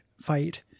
fight